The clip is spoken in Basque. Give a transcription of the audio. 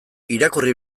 irakurri